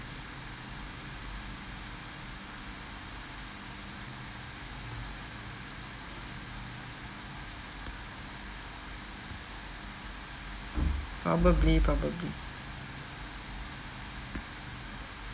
probably probably